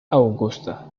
augusta